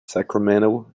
sacramento